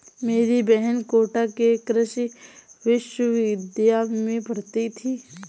मेरी बहन कोटा के कृषि विश्वविद्यालय में पढ़ती थी